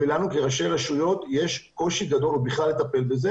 ולנו כראשי רשויות יש קושי גדול לטפל בזה